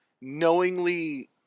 Knowingly